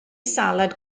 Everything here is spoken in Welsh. salad